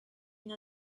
une